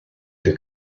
the